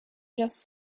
just